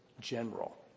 general